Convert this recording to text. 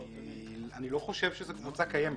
אני לא חושב שזו קבוצה קיימת.